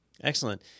Excellent